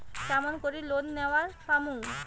কেমন করি লোন নেওয়ার পামু?